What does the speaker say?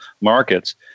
markets